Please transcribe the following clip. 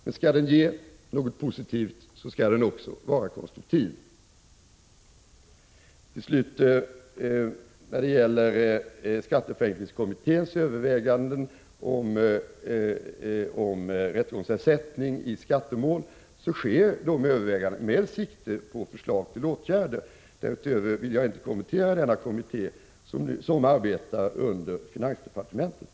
Men om den skall ha en positiv effekt, skall den också vara konstruktiv. Till slut vill jag säga följande när det gäller skatteförenklingskommitténs överväganden i fråga om rättegångsersättning i skattemål. Sådana överväganden sker med sikte på förslag till åtgärder. Några kommentarer därutöver vill jag inte göra i vad gäller denna kommitté, vilken arbetar under finansdepartementet.